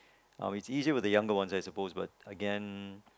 uh easy with the younger ones I supposed but again